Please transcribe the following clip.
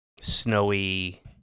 snowy